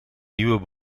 nieuwe